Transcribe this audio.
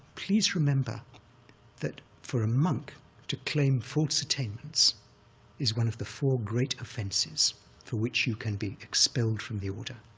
please remember that for a monk to claim false attainments is one of the four great offenses for which you can be expelled from the order,